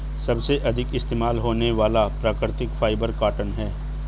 सबसे अधिक इस्तेमाल होने वाला प्राकृतिक फ़ाइबर कॉटन है